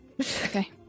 Okay